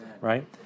right